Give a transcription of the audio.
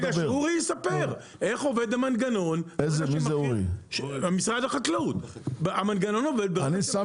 שאורי יספר איך עובד המנגנון של משרד החקלאות --- אני שם